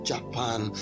Japan